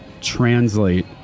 translate